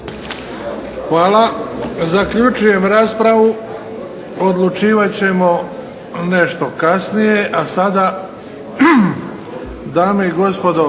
Hvala. Zaključujem raspravu. Odlučivat ćemo nešto kasnije. **Bebić,